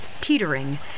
teetering